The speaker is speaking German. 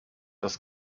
dass